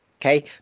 Okay